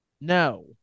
No